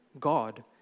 God